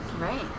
Right